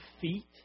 feet